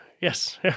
yes